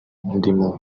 ndimo